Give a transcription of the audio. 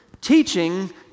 Teaching